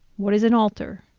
what is an alter?